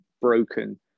broken